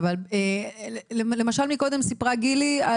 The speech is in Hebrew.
למשל מקודם סיפרה גילי,